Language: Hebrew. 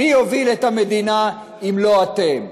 מי הוביל את המדינה אם לא אתם?